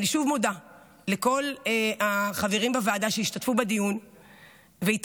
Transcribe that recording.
אני מודה שוב לכל החברים בוועדה שהשתתפו בדיון והתעקשו,